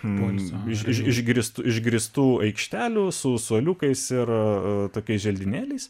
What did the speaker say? mums iš igrįstų išgrįstų aikštelių su suoliukais ir tokiais želdiniais